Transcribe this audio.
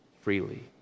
freely